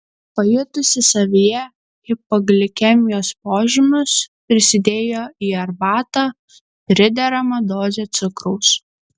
pajutusi savyje hipoglikemijos požymius prisidėjo į arbatą prideramą dozę cukraus